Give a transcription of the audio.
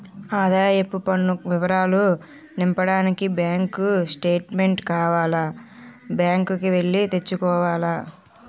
ఆదాయపు పన్ను వివరాలు నింపడానికి బ్యాంకు స్టేట్మెంటు కావాల బ్యాంకు కి ఎల్లి తెచ్చుకోవాల